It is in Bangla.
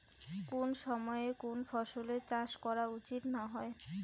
কুন সময়ে কুন ফসলের চাষ করা উচিৎ না হয়?